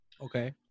okay